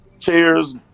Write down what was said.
chairs